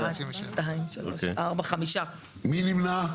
מי נמנע?